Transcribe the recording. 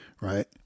Right